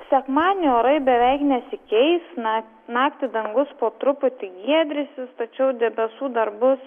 sekmadienį orai beveik nesikeis na naktį dangus po truputį giedrysis tačiau debesų dar bus